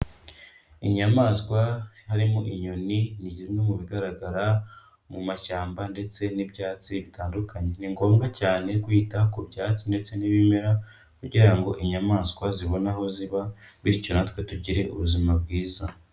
Inyamaswa harimo inyoni, ni zimwe mu bigaragara mu mashyamba ndetse n'ibyatsi bitandukanye. Ni ngombwa cyane kwita ku byatsi ndetse n'ibimera kugira ngo inyamaswa zibone aho ziba, bityo natwe tugire ubuzima bwiza.